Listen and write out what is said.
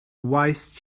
wise